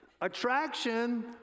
attraction